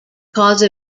cause